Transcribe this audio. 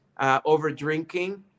overdrinking